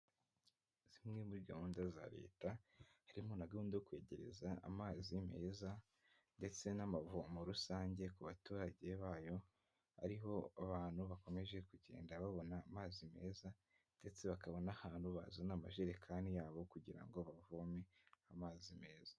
Zimwe muri gahunda za Leta, zirimo na gahunda yo kwegereza amazi meza ndetse n'amavomo rusange ku baturage bayo, ariho abantu bakomeje kugenda babona amazi meza, ndetse bakabona n'ahantu bazana amajerekani yabo kugira ngo bavome amazi meza.